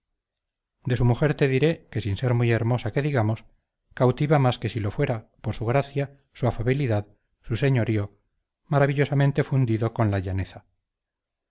de su mujer te diré que sin ser muy hermosa que digamos cautiva más que si lo fuera por su gracia su afabilidad su señorío maravillosamente fundido con la llaneza